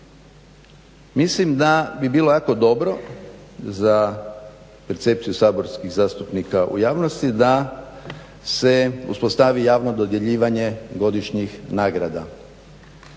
Mislim da bi bilo jako dobro za percepciju saborskih zastupnika u javnosti da se uspostavi javno dodjeljivanje godišnjih nagrada.